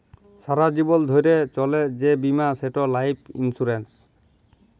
সারা জীবল ধ্যইরে চলে যে বীমা সেট লাইফ ইলসুরেল্স